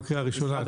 את